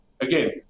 again